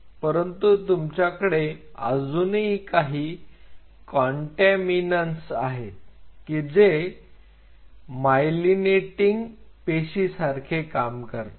परंतु तुमच्याकडे अजूनही काही कॉन्टॅमीनन्तस आहेत की जे मायलिनेटिंग पेशी सारखे काम करतात